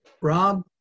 Rob